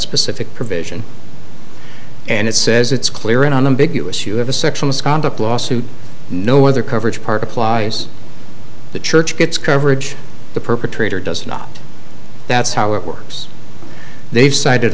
specific provision and it says it's clear and unambiguous you have a sexual misconduct lawsuit no other coverage part applies the church gets coverage the perpetrator does not that's how it works they've cited